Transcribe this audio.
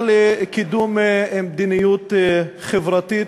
לקידום מדיניות חברתית,